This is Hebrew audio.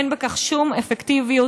אין בכך שום אפקטיביות,